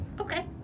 Okay